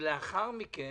ולאחר מכן,